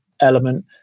element